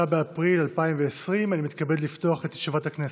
באפריל 2020. אני מתכבד לפתוח את ישיבת הכנסת.